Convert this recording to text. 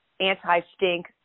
anti-stink